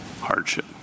hardship